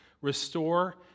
restore